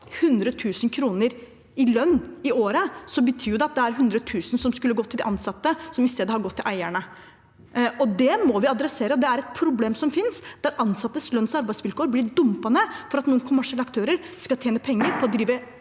100 000 kr i lønn i året, betyr det at det er 100 000 kr som skulle gått til de ansatte, men som i stedet har gått til eierne. Det må vi ta tak i. Det er et problem som finnes, der ansattes lønns- og arbeidsvilkår blir dumpet for at noen kommersielle aktører skal tjene penger på å drive